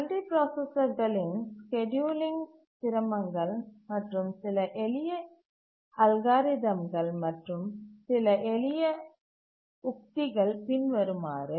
மல்டிபிராசசர்கலின் scheduling சிரமங்கள் மற்றும் சில எளிய அல்காரிதங்கல் மற்றும் சில எளிய உத்திகள் பின்வருமாறு